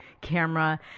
camera